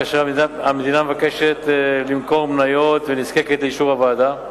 כאשר המדינה מבקשת למכור מניות ונזקקת לאישור ועדה,